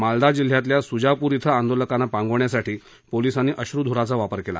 माल्दा जिल्ह्यातल्या सुजापूर आंदोलकांना पांगवण्यासाठी पोलिसांनी अश्रुधुराचा वापर केला